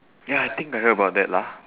ya I think I heard about that lah